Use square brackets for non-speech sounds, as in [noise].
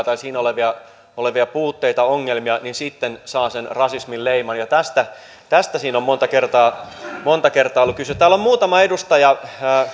[unintelligible] tai siinä olevia olevia puutteita ongelmia niin sitten saa sen rasistin leiman ja tästä siinä on monta kertaa monta kertaa ollut kyse täällä on muutama edustaja